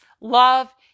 love